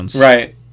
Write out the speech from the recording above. Right